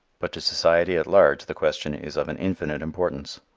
but to society at large the question is of an infinite importance.